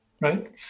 Right